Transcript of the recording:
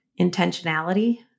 intentionality